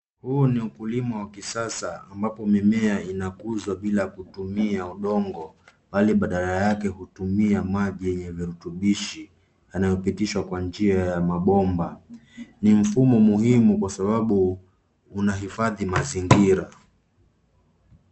Huu ni ukulima wa kisasa ambapo mimea inakuzwa bila kutumia udongo bali badala yake hutumia maji yenye virutubisho yanayopitishwa kwa njia ya mabomba. Ni mfumo muhimu kwa sababu unahifadhi mazingira.